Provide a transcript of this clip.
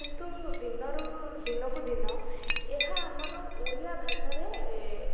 କିନ୍ତୁ ଦିନରୁ ଦିନକୁ ଦିନ ଏହା ଆମର ଓଡ଼ିଆ ଭାଷାରେ